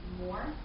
more